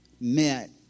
met